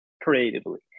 creatively